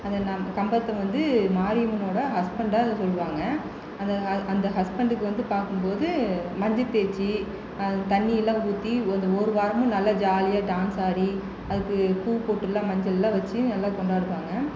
அது கம்பத்தில் வந்து மாரியம்மனோட ஹஸ்பண்டா அதை சொல்வாங்க அதை அந்த ஹஸ்பண்டுக்கு வந்து பார்க்கும் போது மஞ்சள் தேய்ச்சி தண்ணீர் எல்லாம் ஊற்றி அந்த ஒரு வாரமும் நல்ல ஜாலியாக டான்ஸ் ஆடி அதுக்கு பூ பொட்டெல்லாம் மஞ்சள்லாம் வச்சு நல்லா கொண்டாடுவாங்க